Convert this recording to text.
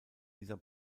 dieser